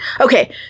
Okay